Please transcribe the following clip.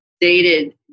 dated